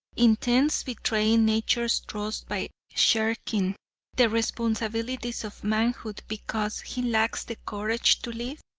intends betraying nature's trust by shirking the responsibilities of manhood, because he lacks the courage to live?